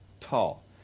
tall